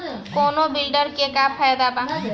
कौनो वीडर के का फायदा बा?